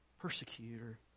persecutor